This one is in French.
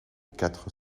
quatre